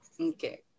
okay